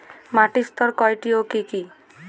মাটির স্তর কয়টি ও কি কি?